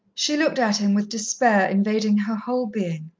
she looked at him with despair invading her whole being.